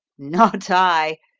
not i,